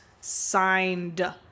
signed